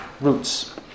roots